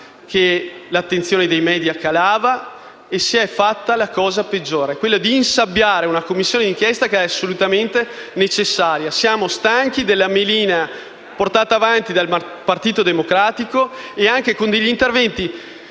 che l'attenzione dei *media* calava e si è fatta la cosa peggiore: insabbiare una Commissione d'inchiesta che era assolutamente necessaria. Siamo stanchi della melina portata avanti dal Partito Democratico, con interventi